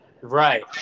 Right